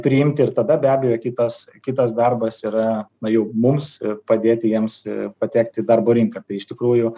priimti ir tada be abejo kitas kitas darbas yra na jau mums padėti jiems patekti į darbo rinką tai iš tikrųjų